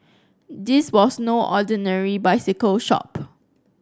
this was no ordinary bicycle shop